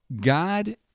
god